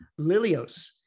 Lilios